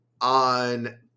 on